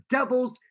Devils